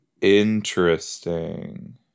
interesting